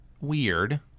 weird